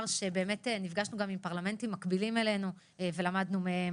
נפגשנו גם עם פרלמנטים מקבילים אלינו ולמדנו מהם.